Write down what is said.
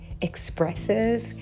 expressive